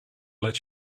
let